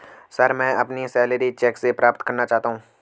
sir, मैं अपनी salary cheque से प्राप्त करना चाहता हूं